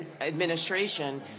administration